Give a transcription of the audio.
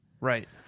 right